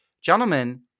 gentlemen